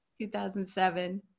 2007